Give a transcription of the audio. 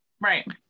Right